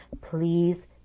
please